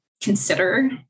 consider